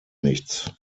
nichts